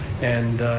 and